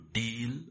deal